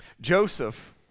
Joseph